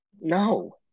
No